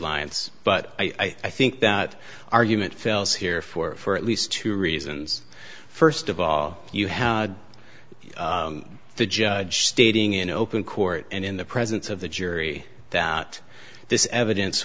alliance but i think that argument fails here for for at least two reasons first of all you have the judge stating in open court and in the presence of the jury that this evidence